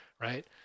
right